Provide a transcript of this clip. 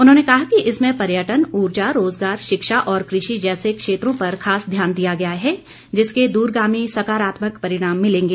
उन्होंने कहा कि इसमें पर्यटन ऊर्जा रोजगार शिक्षा और कृषि जैसे क्षेत्रों पर खास ध्यान दिया गया है जिसके द्रगामी सकारात्मक परिणाम मिलेंगे